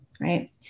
right